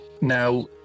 Now